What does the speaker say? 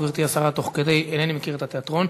גברתי השרה: אינני מכיר את התיאטרון,